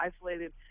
isolated